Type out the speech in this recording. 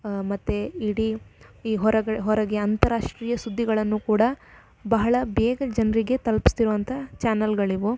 ಮತ್ತು ಇಡೀ ಈ ಹೊರಗೆ ಹೊರಗೆ ಅಂತಾರಾಷ್ಟ್ರೀಯ ಸುದ್ದಿಗಳನ್ನು ಕೂಡ ಬಹಳ ಬೇಗ ಜನರಿಗೆ ತಲ್ಪಿಸ್ತಿರೋ ಅಂಥ ಚಾನಲ್ಗಳಿವು